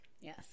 Yes